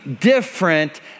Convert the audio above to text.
different